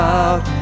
out